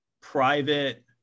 private